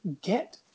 get